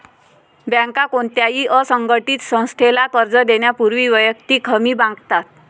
बँका कोणत्याही असंघटित संस्थेला कर्ज देण्यापूर्वी वैयक्तिक हमी मागतात